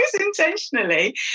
intentionally